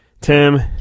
Tim